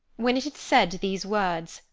when it had said these words,